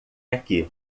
aqui